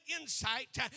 insight